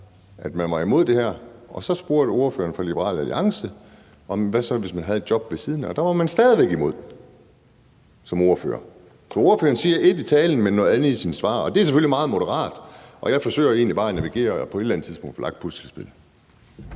at man var imod det her, og så spurgte ordføreren fra Liberal Alliance: Hvad så, hvis man havde et job ved siden af? Og der var man som ordfører stadig væk imod. Så ordføreren siger et i talen, men noget andet i sine svar, og det er selvfølgelig meget moderat, og jeg forsøger egentlig bare at navigere og på et eller andet tidspunkt få lagt puslespillet.